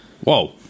Whoa